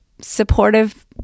supportive